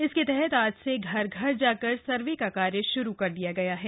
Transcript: इसके तहत आज से घर घर जाकर सर्वे का कार्य श्रू कर दिया गया है